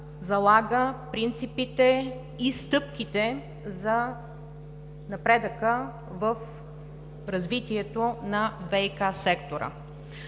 залага принципите и стъпките за напредъка в развитието на ВиК сектора.